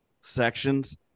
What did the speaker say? sections